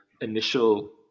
initial